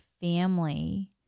family